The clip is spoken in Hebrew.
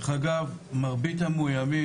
מרבית המאויימים,